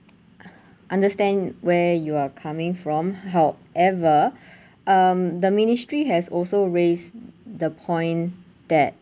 uh understand where you are coming from however um the ministry has also raised the point that